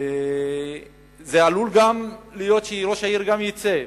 עלול להיות שגם ראש העיר יצא,